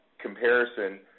comparison